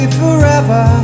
forever